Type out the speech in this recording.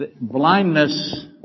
Blindness